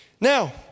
Now